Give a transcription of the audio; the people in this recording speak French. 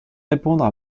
répondre